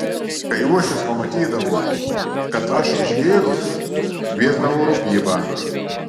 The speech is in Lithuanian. kai uošvis pamatydavo kad aš išgėrus kviesdavo rūpybą